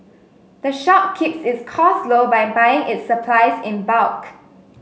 the shop keeps its costs low by buying its supplies in bulk